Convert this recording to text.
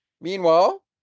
Meanwhile